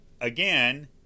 Again